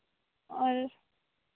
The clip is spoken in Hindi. और